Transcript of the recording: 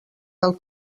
del